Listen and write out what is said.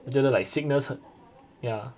like sickness yeah